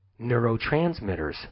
neurotransmitters